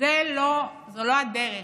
זו לא הדרך